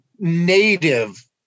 native